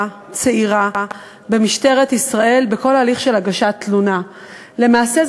צעירה בכל ההליך של הגשת תלונה במשטרת ישראל.